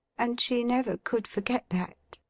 and she never could forget that.